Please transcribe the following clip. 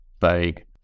vague